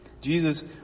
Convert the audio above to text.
Jesus